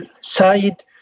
side